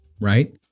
right